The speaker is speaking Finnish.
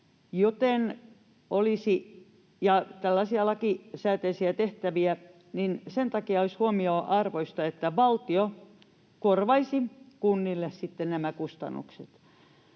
tällaisia lakisääteisiä tehtäviä, ja sen takia olisi huomionarvoista, että valtio korvaisi kunnille sitten nämä kustannukset.